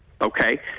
okay